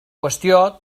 qüestió